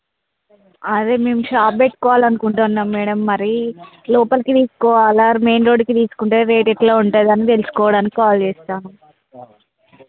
అదే మేము షాప్ పెట్టుకోవాలి అనుకుంటున్నాం మేడం మరి లోపలికి తీసుకోవాల మెయిన్ రోడ్కి తీసుకుంటే రేట్ ఎట్లా ఉంటుంది అని తెలుసుకోవడానికి కాల్ చేసినాను